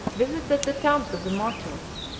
visited the tombs of the martyrs,